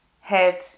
head